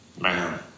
Man